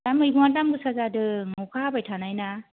दा मैगंआ दाम गोसा जादों अखा हाबाय थानायना